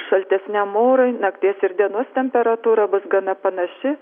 šaltesniam orui nakties ir dienos temperatūra bus gana panaši